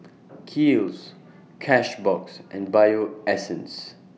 Kiehl's Cashbox and Bio Essence